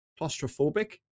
claustrophobic